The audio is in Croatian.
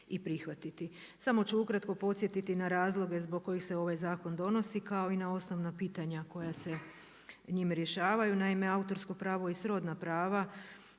i prihvatiti. Samo ću ukratko podsjetiti na razloge zbog kojih se ovaj zakon donosi kao i na osnovna pitanja koja se njim rješavaju. Naime, autorsko pravo i srodna prava